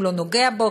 הוא לא נוגע בו,